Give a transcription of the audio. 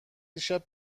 دیشب